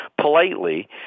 politely